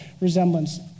resemblance